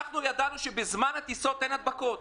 אנחנו ידענו שבזמן הטיסות אין הדבקות.